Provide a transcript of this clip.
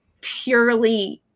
purely